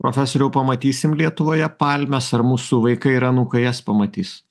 profesoriau pamatysim lietuvoje palmes ar mūsų vaikai ir anūkai jas pamatys